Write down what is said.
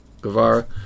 Guevara